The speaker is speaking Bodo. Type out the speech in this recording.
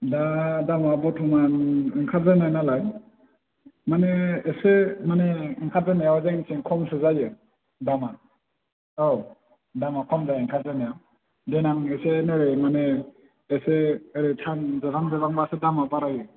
दा दामा बर्थ'मान ओंखारजेन्नाय नालाय माने एसे माने ओंखारजेन्नायाव जोंनिथिं खमसो जायो दामा औ दामा खम जायो ओंखारजेन्नायाव देनां एसे नै माने एसे ओरै टाइम जोबहां जोबहांबासो दामा बारायो